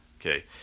Okay